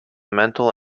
mental